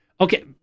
Okay